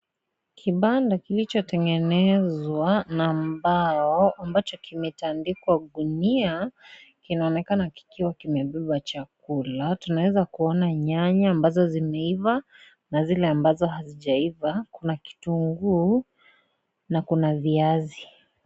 Kibanda kilichotengenezwa na mbao, ambacho kimetandikwa gunia, kinaonekana kikiwa kimebeba chakula. Tunaweza kuona nyanya ambazo zimeiva na zile ambazo hazijaiva. Kuna kitunguu na kuna viazi.